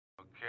Okay